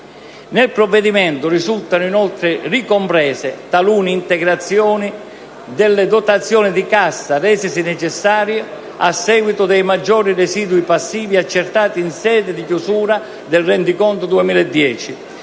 Nel provvedimento risultano, inoltre, ricomprese talune integrazioni delle dotazioni di cassa resesi necessarie a seguito dei maggiori residui passivi accertati in sede di chiusura del rendiconto 2010,